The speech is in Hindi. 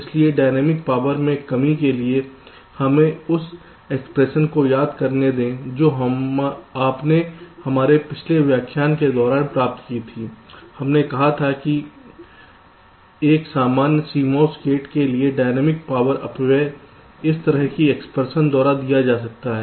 इसलिए डायनेमिक पावर में कमी के लिए हमें उस एक्सप्रेशन को याद करने दें जो आपने हमारे पिछले व्याख्यान के दौरान प्राप्त की थी हमने कहा था कि एक सामान्य CMOS गेट के लिए डायनेमिक पावर अपव्यय इस तरह की एक्सप्रेशन द्वारा दिया जाता है